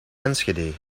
enschede